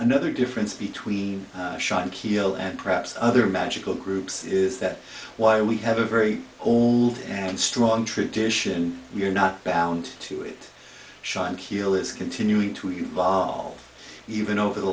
another difference between shy and keel and perhaps other magical groups is that why we have a very old and strong tradition we are not bound to it shine keyless continuing to evolve even over the